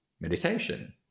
meditation